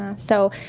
so,